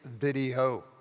video